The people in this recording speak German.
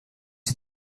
die